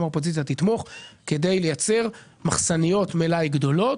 האופוזיציה יתמכו - כדי לייצר מחסניות מלאי גדולות